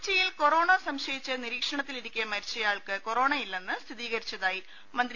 കൊച്ചിയിൽ കൊറോണ സംശയിച്ച് നിരീക്ഷണത്തി ലിരിക്കെ മരിച്ചയാൾക്ക് കൊറോണയില്ലെന്ന് സ്ഥിരീകരിച്ചതായി മന്ത്രി